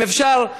אם אפשר,